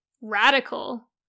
radical